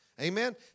amen